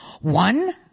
One